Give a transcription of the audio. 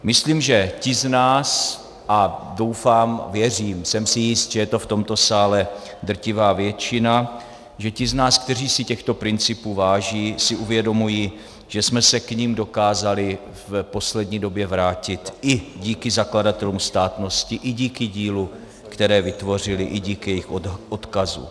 Myslím, že ti z nás a doufám, věřím, jsem si jist, že je to v tomto sále drtivá většina kteří si těchto principů váží, si uvědomují, že jsme se k nim dokázali v poslední době vrátit i díky zakladatelům státnosti, i díky dílu, které vytvořili, i díky jejich odkazu.